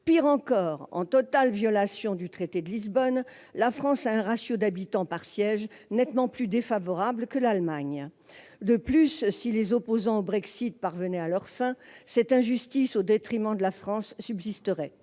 Pis encore, en totale violation du traité de Lisbonne, le ratio d'habitants par siège de la France est nettement plus défavorable que celui de l'Allemagne. De plus, si les opposants au Brexit parvenaient à leurs fins, cette injustice au détriment de la France subsisterait.